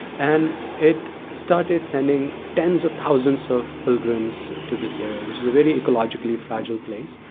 and it started sending tens of thousands of pilgrims to this area, which is a very ecologically fragile place.